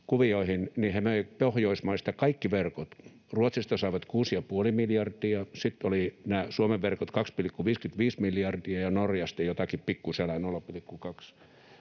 niin he möivät Pohjoismaista kaikki verkot. Ruotsista saivat 6,5 miljardia, sitten olivat nämä Suomen verkot 2,55 miljardia ja Norjasta jotakin pikkusälää, 0,2